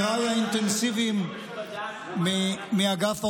חבריי האינטנסיביים מאגף האופוזיציה,